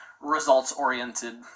results-oriented